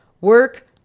Work